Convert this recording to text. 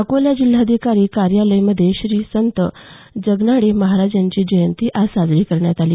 अकोला जिल्हाधिकारी कार्यालय मध्ये श्री संत जगनाडे महाराज यांची जयंती आज साजरी करण्यात आली